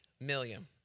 million